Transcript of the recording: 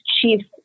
chief